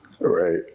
right